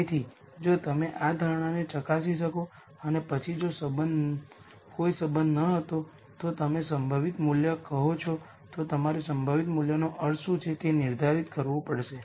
તેથી જો તમે આ ઍસેમ્પ્શન ને ચકાસી શકો અને પછી જો કોઈ સંબંધ ન હતો તો તમે સંભવિત મૂલ્ય કહો છો તો તમારે સંભવિત મૂલ્યનો અર્થ શું છે તે નિર્ધારિત કરવું પડશે